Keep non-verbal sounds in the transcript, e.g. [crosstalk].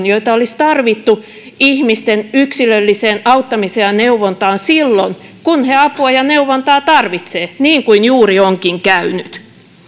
[unintelligible] joita olisi tarvittu ihmisten yksilölliseen auttamiseen ja neuvontaan silloin kun he apua ja neuvontaa tarvitsevat niin kuin juuri onkin käynyt